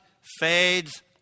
fades